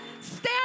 stand